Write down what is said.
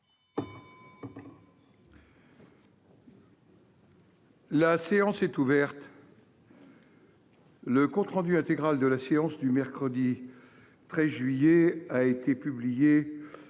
La séance est ouverte. Le compte-rendu intégral de la séance du mercredi 13 juillet a été publié